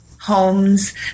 homes